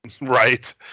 Right